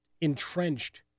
entrenched